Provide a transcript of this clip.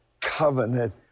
covenant